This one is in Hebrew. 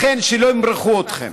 לכן שלא ימרחו אתכם.